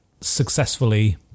successfully